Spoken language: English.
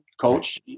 coach